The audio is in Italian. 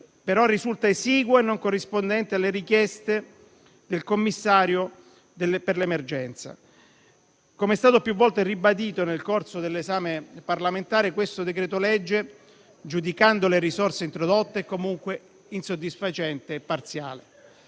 risulta esiguo e non corrispondente alle richieste del Commissario per l'emergenza. Come è stato più volte ribadito nel corso dell'esame parlamentare, questo decreto-legge, giudicando le risorse introdotte, è comunque insoddisfacente e parziale.